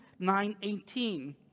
9.18